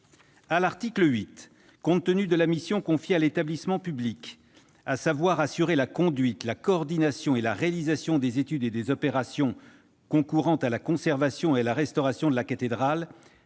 À l'article 8, compte tenu de la mission confiée à l'établissement public, à savoir « assurer la conduite, la coordination et la réalisation des études et des opérations concourant à la conservation et à la restauration de la cathédrale